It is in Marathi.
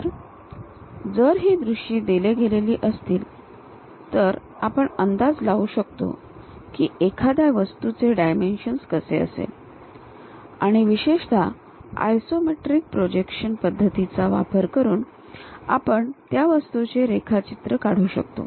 तर जर ही दृश्ये दिली गेलेली असतील तर आपण अंदाज लावू शकतो की एखाद्या वस्तूचे डायमेन्शन कसे असेल आणि विशेषत आयसोमेट्रिक प्रोजेक्शन पद्धतीचा वापर करून आपण त्या वस्तूचे रेखाचित्र काढू शकतो